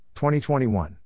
2021